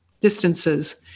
distances